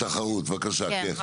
רשות התחרות, בבקשה, כן.